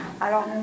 Alors